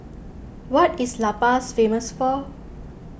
what is La Paz famous for